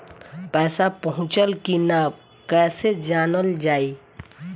पैसा पहुचल की न कैसे जानल जाइ?